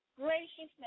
graciousness